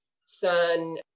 son